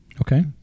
Okay